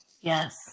yes